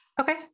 Okay